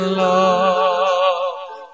love